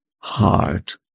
Heart